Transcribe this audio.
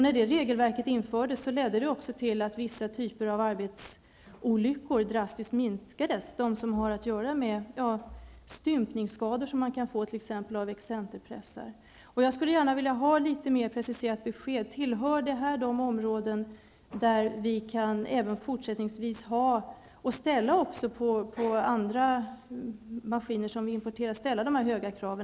När det regelverket infördes ledde det också till att vissa typer av arbetsolyckor drastiskt minskades, nämligen de stympningsskador man kan få exempelvis av excenterpressar. Jag skulle gärna vilja ha ett litet mer preciserat besked. Tillhör detta de områden där vi även fortsättningsvis kan ha höga krav, och kan vi också ställa sådana höga krav på maskiner vi importerar?